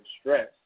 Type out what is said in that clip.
stress